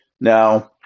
Now